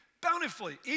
bountifully